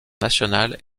nationales